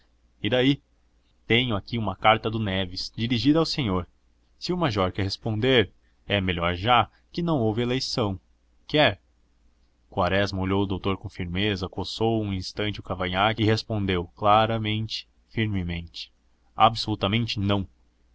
e daí tenho aqui uma carta do neves dirigida ao senhor se o major quer responder é melhor já que não houve eleição quer quaresma olhou o doutor com firmeza coçou um instante o cavanhaque e respondeu claramente firmemente absolutamente não